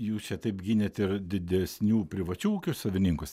jūs čia taip gynėt ir didesnių privačių ūkių savininkus